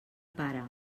pare